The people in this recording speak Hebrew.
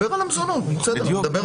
המזונות, בסדר.